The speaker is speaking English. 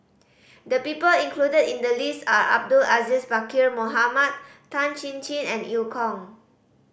the people included in the list are Abdul Aziz Pakkeer Mohamed Tan Chin Chin and Eu Kong